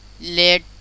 let